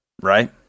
right